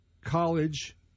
college